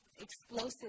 explosive